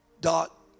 dot